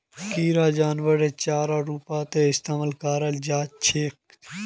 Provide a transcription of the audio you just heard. किराक जानवरेर चारार रूपत इस्तमाल कराल जा छेक